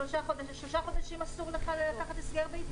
שלושה חודשים אסור לך לקחת הסגר ביתי.